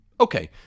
Okay